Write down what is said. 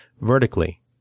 vertically